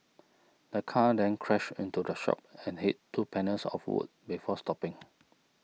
the car then crashed into the shop and hit two panels of wood before stopping